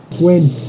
Win